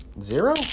Zero